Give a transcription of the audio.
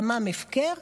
דמם הפקר?